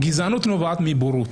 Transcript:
גזענות נובעת מבורות.